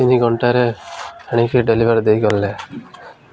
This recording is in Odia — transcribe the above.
ତିନି ଘଣ୍ଟାରେ ଆଣିକି ଡେଲିଭର୍ ଦେଇଗଲେ